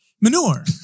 manure